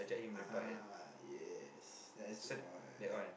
(uh huh) yes that's the one